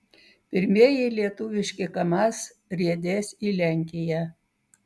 pirmieji lietuviški kamaz riedės į lenkiją